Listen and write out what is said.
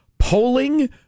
Polling